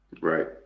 Right